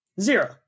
Zero